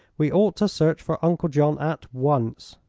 we ought to search for uncle john at once.